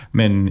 men